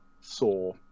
saw